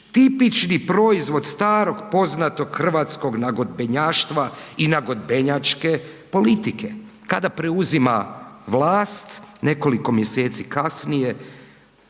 tipični proizvod starog poznatog hrvatskog nagodbenjaštva i nagodbenjačke politike, kada preuzima vlast, nekoliko mjeseci kasnije